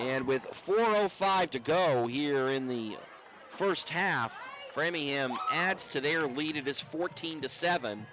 end with four or five to go here in the first half framingham adds to their lead it is fourteen to seven